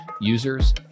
users